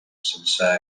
sense